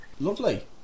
Lovely